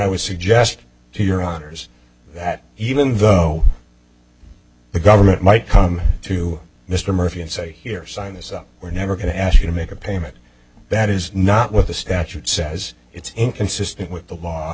would suggest to your honor's that even though the government might come to mr murphy and say here sign this up we're never going to ask you to make a payment that is not what the statute says it's inconsistent with the law